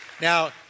Now